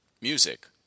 Music